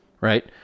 right